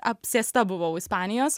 apsėsta buvau ispanijos